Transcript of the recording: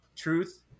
truth